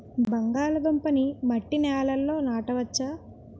బంగాళదుంప నీ మట్టి నేలల్లో నాట వచ్చా?